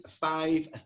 five